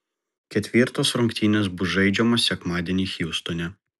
ketvirtos rungtynės bus žaidžiamos sekmadienį hjustone